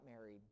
married